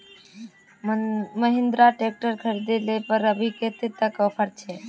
Mahindra tractor खरीद ले पर अभी कतेक तक ऑफर छे?